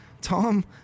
Tom